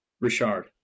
Richard